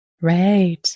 Right